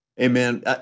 Amen